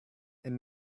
and